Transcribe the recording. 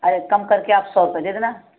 अरे कम करके आप सौ रुपये दे देना